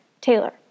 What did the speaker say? Taylor